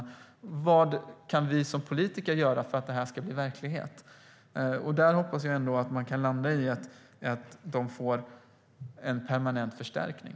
Och vad kan vi politiker göra för att det ska bli verklighet? Jag hoppas att man kan landa i att de får permanent förstärkning.